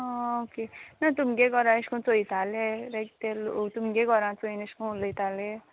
आ okay ना तुमगे गोरा एश कोन चोयताले लायक ते लो तुमगे गोरा चोयन एश को उलोयताले